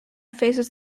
faces